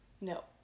No